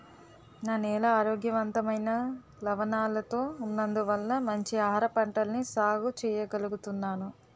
నా నేల ఆరోగ్యవంతమైన లవణాలతో ఉన్నందువల్ల మంచి ఆహారపంటల్ని సాగు చెయ్యగలుగుతున్నాను